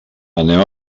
anem